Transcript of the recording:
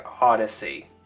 Odyssey